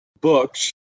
books